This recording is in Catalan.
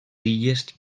illes